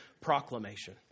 proclamation